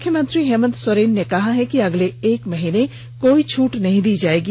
मुख्यमंत्री ईमंत सोरेन ने कहा है कि अगले एक महीने कोई छूट नहीं दी जाएगी